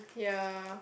ya